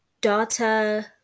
data